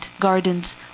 gardens